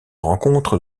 rencontre